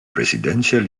presidential